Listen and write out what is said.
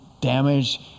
damaged